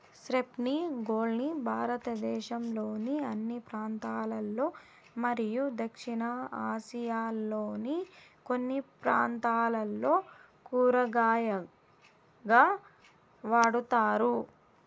spiny gourd ని భారతదేశంలోని అన్ని ప్రాంతాలలో మరియు దక్షిణ ఆసియాలోని కొన్ని ప్రాంతాలలో కూరగాయగా వాడుతారు